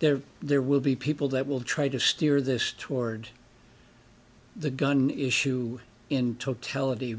there there will be people that will try to steer this toward the gun issue in totality